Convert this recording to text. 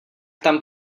tam